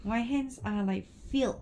my hands are like filled